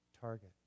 target